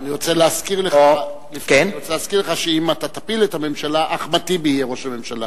אני רוצה להזכיר לך שאם אתה תפיל את הממשלה אחמד טיבי יהיה ראש הממשלה.